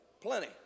plenty